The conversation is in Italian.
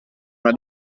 alla